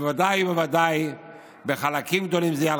ובוודאי ובוודאי בחלקים גדולים זה יהיה על